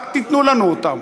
רק תיתנו לנו אותן.